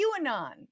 QAnon